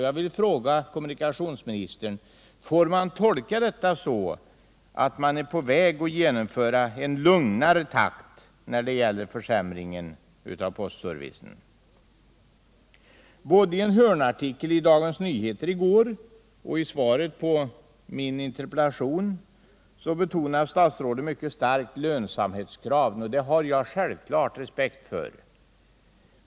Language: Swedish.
Jag vill fråga kommunikationsministern: Får jag tolka detta så. att man är på väg att införa en lugnare takt när det gäller försämringen av postservicen? Både i en hörnartikel i Dagens Nyheter i går och i svaret på min interpellation betonar statsrådet mycket starkt lönsamhetskravet, och det har jag självfallet respekt för.